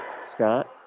Scott